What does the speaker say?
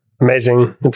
amazing